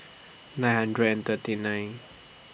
nine hundred and thirty nine